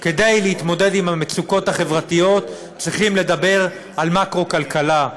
כדי להתמודד עם המצוקות החברתיות צריכים לדבר על מקרו-כלכלה.